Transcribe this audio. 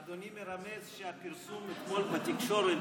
אדוני מרמז שהפרסום אתמול בתקשורת,